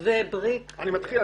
בריק,